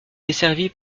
desservie